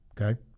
Okay